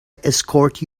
escort